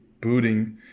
booting